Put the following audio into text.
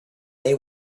they